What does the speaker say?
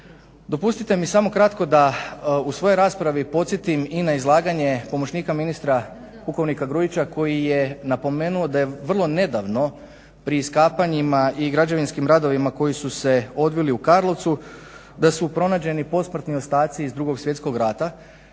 Dopustite mi samo kratko da u svojoj raspravi podsjetim i na izlaganje pomoćnika ministra pukovnika Grujića koji je napomenuo da je vrlo nedavno pri iskapanjima i građevinskim radovima koji su se odvili u Karlovcu da su pronađeni posmrtni ostaci iz Drugog svjetskog rata